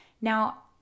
Now